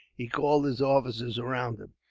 he called his officers around him.